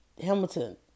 Hamilton